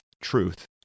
truth